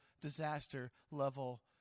disaster-level